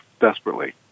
desperately